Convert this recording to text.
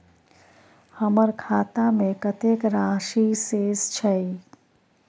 हमर खाता में कतेक राशि शेस छै?